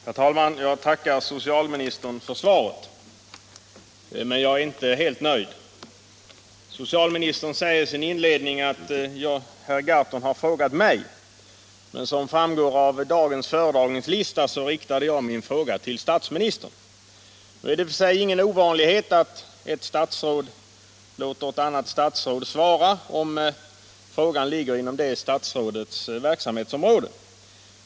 Herr talman! Jag tackar socialministern för svaret — men jag är inte helt nöjd. Socialministern säger i sin inledning att herr Gahrton ”har frågat mig”, men som framgår av dagens föredragningslista riktade jag min fråga till statsministern. Det är i och för sig ingen ovanlighet att ett statsråd låter ett annat statsråd svara, om frågan ligger inom det statsrådets verksamhetsområde.